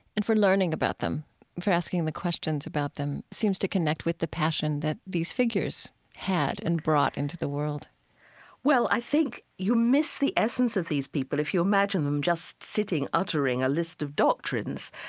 and for learning about them and for asking the questions about them, seems to connect with the passion that these figures had and brought into the world well, i think you miss the essence of these people if you imagine them just sitting, uttering a list of doctrines.